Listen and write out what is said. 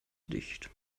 licht